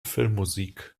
filmmusik